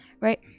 Right